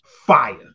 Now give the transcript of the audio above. fire